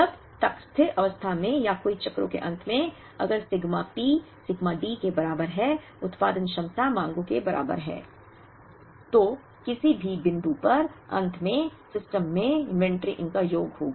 जब तक स्थिर अवस्था में या कई चक्रों के अंत में अगर सिग्मा P सिग्मा D के बराबर है उत्पादन क्षमता मांगों के बराबर है तो किसी भी बिंदु पर अंत में सिस्टम में इन्वेंट्री इनका योग होगा